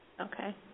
Okay